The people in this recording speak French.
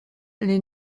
les